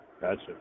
Gotcha